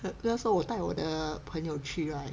不要说我带我的朋友去 right